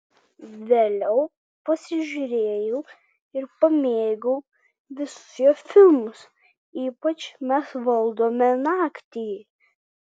vėliau pasižiūrėjau ir pamėgau visus jo filmus ypač mes valdome naktį